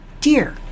Dear